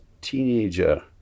teenager